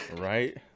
Right